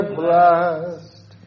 blessed